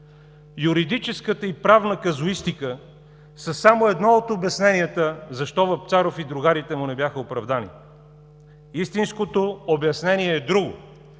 Юридическата и правна казуистика са само едно от обясненията защо Вапцаров и другарите му не бяха оправдани. Истинското обяснение е друго